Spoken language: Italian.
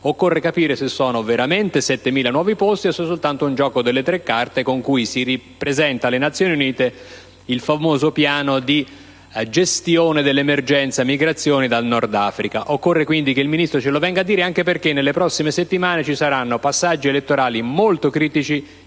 occorre capire se si tratta veramente di 7.000 nuovi posti o se è soltanto un gioco delle tre carte con cui si ripresenta alle Nazioni Unite il famoso piano di gestione dell'emergenza migrazioni dal Nord Africa. Occorre che il Ministro ce lo venga a dire, anche perché nelle prossime settimane ci saranno passaggi elettorali molto critici